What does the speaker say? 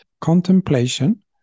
contemplation